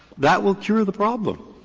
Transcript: that will cure the problem,